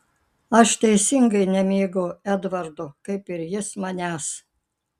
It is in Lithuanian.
aš teisingai nemėgau edvardo kaip ir jis manęs